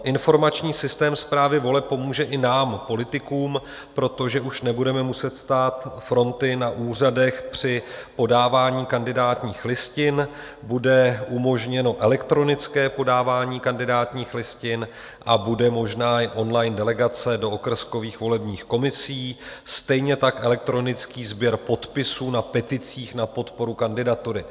Informační systém správy voleb pomůže i nám politikům, protože už nebudeme muset stát fronty na úřadech při podávání kandidátních listin, bude umožněno elektronické podávání kandidátních listin a bude možná i online delegace do okrskových volebních komisí, stejně tak elektronický sběr podpisů na peticích na podporu kandidatury.